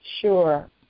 Sure